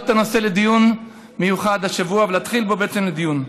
את הנושא לדיון מיוחד השבוע ולהתחיל בו בעצם דיון.